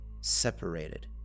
separated